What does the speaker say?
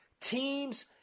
teams